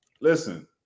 listen